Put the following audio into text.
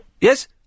yes